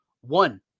one